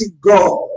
God